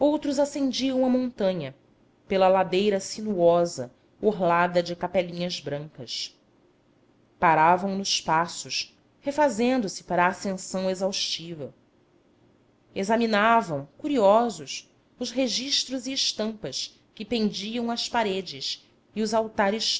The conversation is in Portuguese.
outros ascendiam a montanha pela ladeira sinuosa orlada de capelinhas brancas paravam nos passos refazendo se para a ascensão exaustiva examinavam curiosos os registros e estampas que pendiam às paredes e os altares